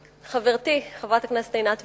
חברתי חברת הכנסת עינת וילף,